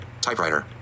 Typewriter